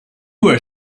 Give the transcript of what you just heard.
were